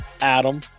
Adam